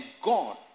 God